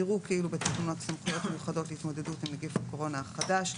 יראו כאילו בתקנות סמכויות מיוחדות להתמודדות עם נגיף הקורונה החדש...